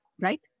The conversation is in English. right